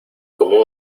como